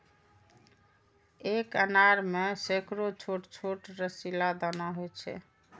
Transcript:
एक अनार मे सैकड़ो छोट छोट रसीला दाना होइ छै